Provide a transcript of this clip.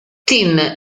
tim